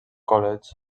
college